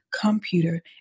computer